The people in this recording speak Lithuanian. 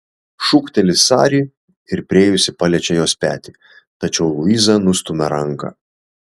šūkteli sari ir priėjusi paliečia jos petį tačiau luiza nustumia ranką